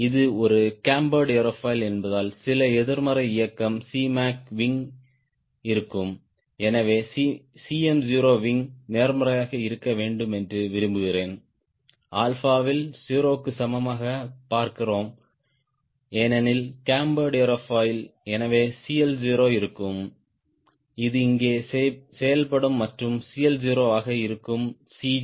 இது ஒரு cambered aerofoil என்பதால் சில எதிர்மறை இயக்கம் Cmac விங் இருக்கும் எனவே Cm0 விங் நேர்மறையாக இருக்க வேண்டும் என்று விரும்புகிறேன் ஆல்பாவில் 0 க்கு சமமாக பார்க்கிறோம் ஏனெனில் கேம்பர்டு ஏரோஃபாயில் எனவே CL0 இருக்கும் இது இங்கே செயல்படும் மற்றும் CL0 ஆக இருக்கும் C